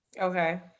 Okay